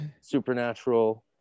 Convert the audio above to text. Supernatural